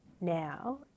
now